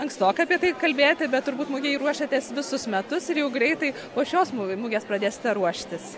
ankstoka apie tai kalbėti bet turbūt mugei ruošiatės visus metus ir jau greitai po šios mu mugės pradės ruoštis